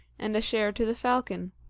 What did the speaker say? and a share to the falcon.